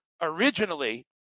originally